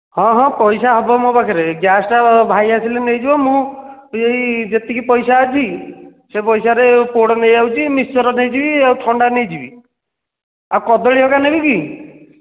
ହଁ ହଁ ପଇସା ହେବ ମୋ ପାଖରେ ଗ୍ୟାସ୍ଟା ଭାଇ ଆସିଲେ ନେଇଯିବ ମୁଁ ଏଇ ଯେତିକି ପଇସା ଅଛି ସେ ପଇସାରେ ପୋଡ଼ ନେଇଯାଉଛି ମିକ୍ସଚର୍ ନେଇଯିବି ଆଉ ଥଣ୍ଡା ନେଇଯିବି ଆଉ କଦଳୀ ହେରିକା ନେବି କି